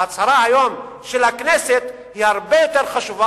ההצהרה היום של הכנסת היא הרבה יותר חשובה,